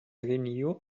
renew